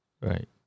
right